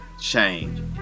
change